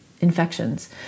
infections